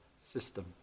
system